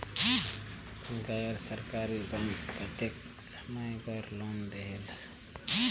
गैर सरकारी बैंक कतेक समय बर लोन देहेल?